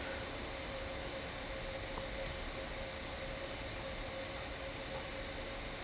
mm